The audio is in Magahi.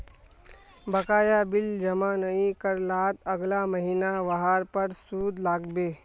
बकाया बिल जमा नइ कर लात अगला महिना वहार पर सूद लाग बे